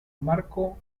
marco